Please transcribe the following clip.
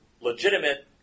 legitimate